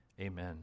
amen